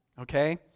Okay